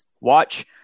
watch